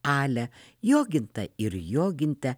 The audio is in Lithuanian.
alę jogintą ir jogintę